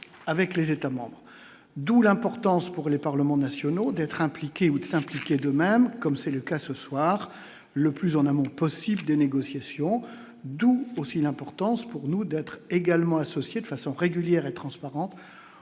avec les États membres, d'où l'importance pour les parlements nationaux, d'être impliqué ou de s'impliquer, de même, comme c'est le cas ce soir le plus en amont possible des négociations, d'où aussi l'importance pour nous d'être également associés de façon régulière et transparente